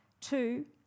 Two